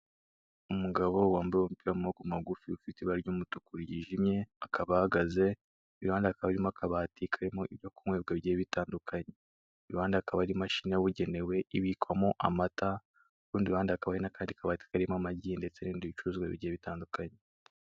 Umugabo wambaye umupira w'amaboko magufi, ufite iba ry'umutuku ryijimye, akaba ahagaze, iruhande hakaba harimo akabati karimo ibyo kunywebwa bigiye bitandukanye, iruhande hakaba hari imashini yabugenewe ibikwamo amata, ku rundi ruhande hakaba hari n'akandi kabati karimo amagi ndetse n'ibindi bicuruzwa bigiye bitandukanye.